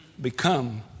become